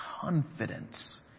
Confidence